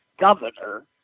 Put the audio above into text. governor